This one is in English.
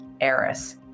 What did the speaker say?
heiress